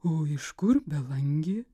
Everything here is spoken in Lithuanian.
o iš kur belangė